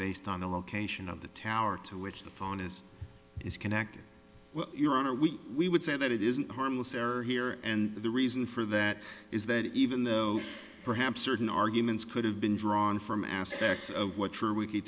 based on the location of the tower to which the phone is is connected your honor we we would say that it isn't harmless error here and the reason for that is that even though perhaps certain arguments could have been drawn from aspects of what your week